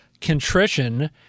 contrition